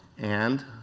and.